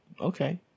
Okay